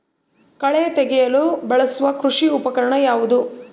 ಕಳೆ ತೆಗೆಯಲು ಬಳಸುವ ಕೃಷಿ ಉಪಕರಣ ಯಾವುದು?